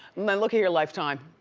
look here, lifetime.